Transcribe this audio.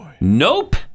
Nope